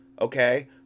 okay